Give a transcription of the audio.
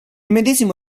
medesimo